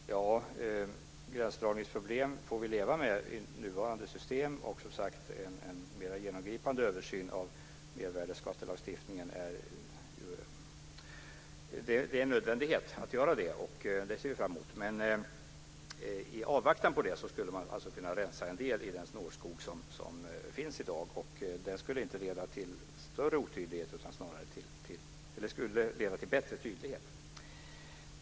Fru talman! Gränsdragningsproblem får vi leva med i nuvarande system, och en mer genomgripande översyn av mervärdesskattelagstiftningen är en nödvändighet. Vi ser fram emot att det görs. Men i avvaktan på det skulle man kunna rensa en del i den snårskog som finns i dag. Det skulle inte leda till större otydlighet utan snarare till bättre tydlighet.